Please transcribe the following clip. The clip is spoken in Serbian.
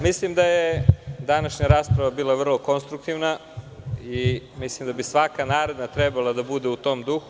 Mislim da je današnja rasprava bila vrlo konstruktivno i mislim da bi svaka naredna trebala da bude u tom duhu.